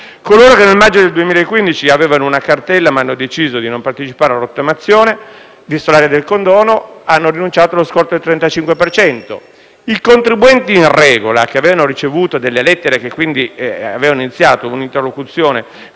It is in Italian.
Coloro che nel maggio 2015 avevano una cartella, ma hanno deciso di non partecipare alla rottamazione, vista l'aria del condono, hanno rinunciato allo sconto del 35 per cento. I contribuenti in regola, che avevano ricevuto delle lettere e che quindi avevano iniziato un'interlocuzione